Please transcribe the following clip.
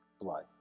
blood